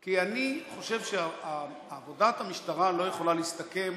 כי אני חושב שעבודת המשטרה לא יכולה להסתכם